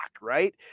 right